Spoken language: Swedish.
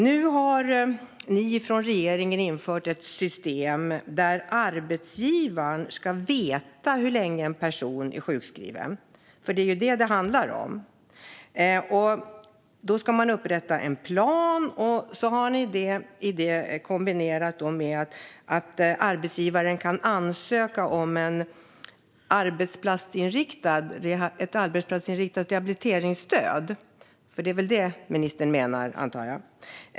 Nu har ni från regeringen infört ett system där arbetsgivaren ska veta hur länge en person är sjukskriven. Det är det som det handlar om. Man ska upprätta en plan. Detta kombineras med att arbetsgivaren kan ansöka om ett arbetsplatsinriktat rehabiliteringsstöd - det är väl det ministern menar, antar jag.